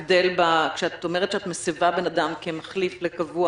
כשאת אומרת שאת מסבה בן אדם ממחליף לקבוע,